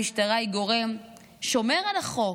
המשטרה היא גורם שומר על החוק,